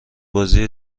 بازی